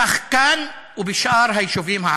כך כאן ובשאר היישובים הערביים.